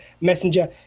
Messenger